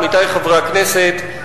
עמיתי חברי הכנסת,